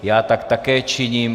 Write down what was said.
Já tak také činím.